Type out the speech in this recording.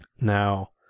Now